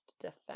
defense